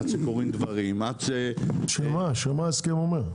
עד שקורים דברים --- מה ההסכם אומר?